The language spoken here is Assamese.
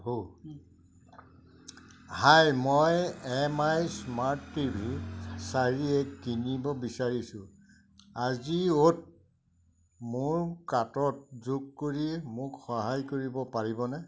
হাই মই M I smart T V চাৰি এ কিনিব বিচাৰোঁ আজিঅ'ত মোৰ কাৰ্টত যোগ কৰি মোক সহায় কৰিব পাৰিবনে